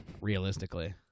Realistically